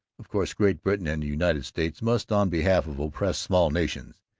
of course great britain and the united states must, on behalf of oppressed small nations,